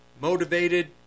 motivated